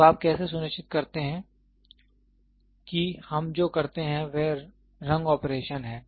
तो आप कैसे सुनिश्चित करते हैं कि हम जो करते हैं वह रंग ऑपरेशन है